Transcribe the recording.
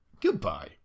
Goodbye